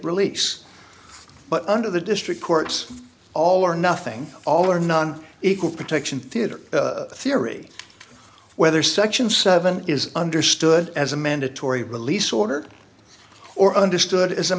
release but under the district court all or nothing all or none equal protection theater theory whether section seven is understood as a mandatory release ordered or understood as a